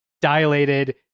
dilated